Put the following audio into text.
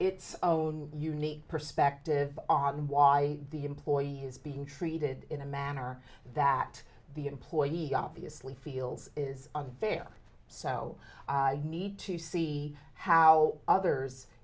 its own unique perspective on why the employee is being treated in a manner that the employee obviously feels is unfair so i need to see how others